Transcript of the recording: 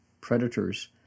predators